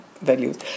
values